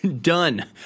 done